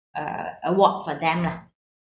uh award for them lah